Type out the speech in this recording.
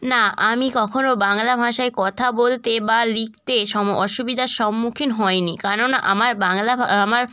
না আমি কখনও বাংলা ভাষায় কথা বলতে বা লিখতে সম অসুবিদার সম্মুখীন হয়নি কারণ আমার বাংলা ভা আমার